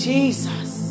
Jesus